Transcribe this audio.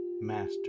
master